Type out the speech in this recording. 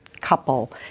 couple